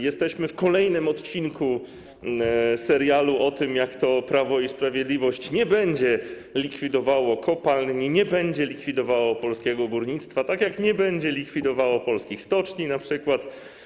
Jesteśmy w kolejnym odcinku serialu o tym, jak Prawo i Sprawiedliwość nie będzie likwidowało kopalń, nie będzie likwidowało polskiego górnictwa, tak jak nie będzie likwidowało polskich stoczni na przykład.